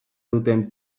duten